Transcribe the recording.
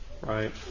right